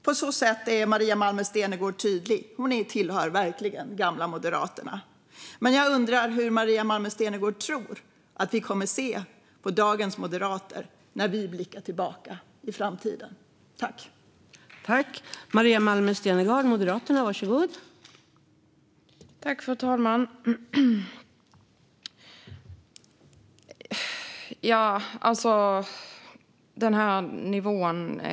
På så sätt är Maria Malmer Stenergard tydlig; hon tillhör verkligen gamla Moderaterna. Men jag undrar hur Maria Malmer Stenergard tror att vi kommer att se på dagens moderater när vi i framtiden blickar tillbaka.